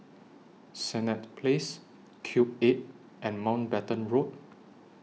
Senett Place Cube eight and Mountbatten Road